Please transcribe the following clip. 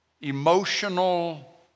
emotional